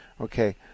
Okay